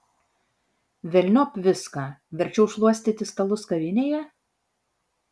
velniop viską verčiau šluostyti stalus kavinėje